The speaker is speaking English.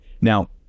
Now